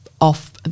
off